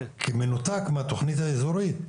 כמנותק מהתוכנית האזורית.